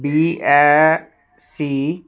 B S C